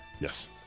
Yes